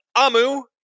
Amu